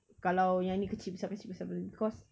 kalau yang ni kecil besar kecil besar be~ because